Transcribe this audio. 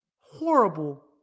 Horrible